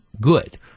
good